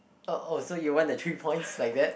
oh oh so you want the three points like that